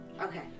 Okay